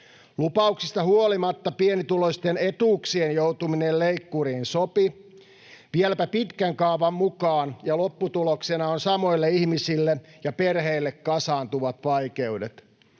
Lupauksista huolimatta pienituloisten etuuksien joutuminen leikkuriin sopi vieläpä pitkän kaavan mukaan, ja lopputuloksena on samoille ihmisille ja perheille kasaantuvat vaikeudet.